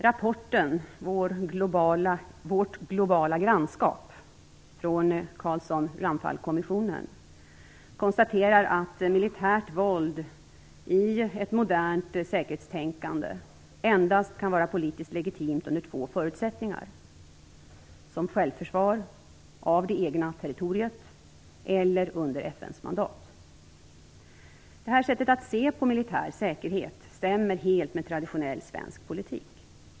Rapporten Vårt globala grannskap från Carlsson-Ramphal-kommissionen konstaterar att militärt våld i ett modernt säkerhetstänkande endast kan vara politiskt legitimt under två förutsättningar; som självförsvar av det egna territoriet eller under Detta sätt att se på militär säkerhet stämmer helt med traditionell svensk politik.